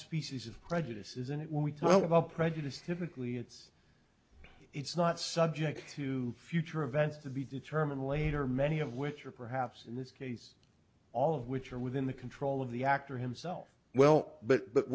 species of prejudice isn't it when we talk about prejudice typically it's it's not subject to future events to be determined later many of which are perhaps in this case all of which are within the control of the actor himself well but that